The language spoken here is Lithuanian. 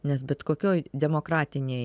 nes bet kokioj demokratinėj